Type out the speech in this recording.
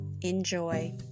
Enjoy